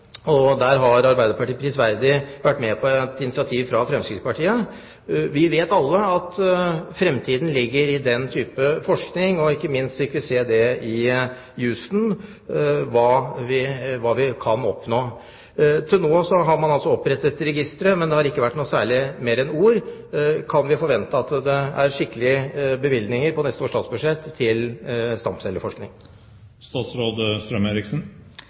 Der har Arbeiderpartiet prisverdig vært med på et initiativ fra Fremskrittspartiet. Vi vet alle at framtiden ligger i den type forskning. Ikke minst fikk vi se i Houston hva vi kan oppnå. Til nå har man altså opprettet registre, men det har ikke vært noe særlig mer enn ord. Kan vi forvente skikkelige bevilgninger på neste års statsbudsjett til